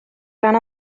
rhan